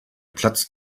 platzt